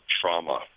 trauma